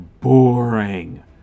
boring